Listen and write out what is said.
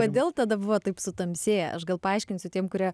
kodėl tada buvo taip sutamsėję aš gal paaiškinsiu tiem kurie